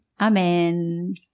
Amen